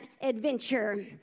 adventure